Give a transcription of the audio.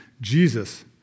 Jesus